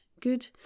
Good